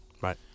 Right